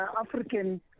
African